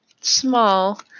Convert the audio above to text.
small